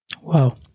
Wow